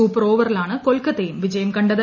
super ഓവറിലാണ് കൊൽക്കത്തയും വിജയം കണ്ടത്